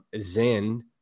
Zen